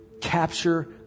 Capture